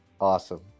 Awesome